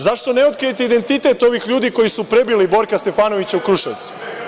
Zašto ne otkrijete identitet ovih ljudi koji su prebili Borka Stefanovića u Kruševcu?